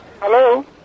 Hello